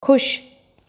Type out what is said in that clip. ख़़ुशि